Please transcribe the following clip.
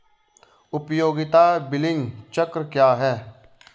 उपयोगिता बिलिंग चक्र क्या है?